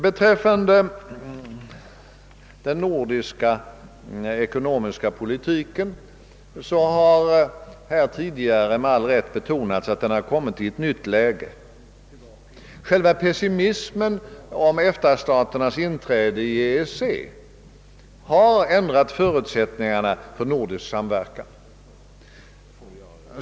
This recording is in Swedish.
Vad den nordiska ekonomiska politiken angår har här tidigare med all rätt betonats att den kommit i ett nytt läge. Pessimismen rörande EFTA-staternas inträde i EEC har ändrat förutsättningarna för en nordisk samverkan.